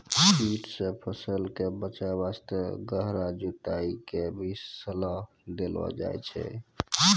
कीट सॅ फसल कॅ बचाय वास्तॅ गहरा जुताई के भी सलाह देलो जाय छै